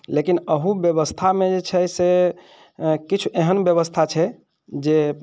लेकिन एहि व्यवस्थामे जे छै से किछु एहन व्यवस्था छै जे